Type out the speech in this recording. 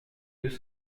deux